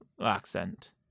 accent